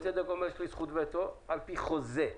ובצדק אומרים: יש לי זכות וטו על פי החוזה.